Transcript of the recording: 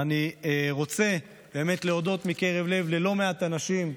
ואני רוצה להודות מקרב לב ללא מעט אנשים,